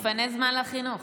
מפנה זמן לחינוך.